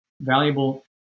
valuable